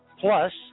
Plus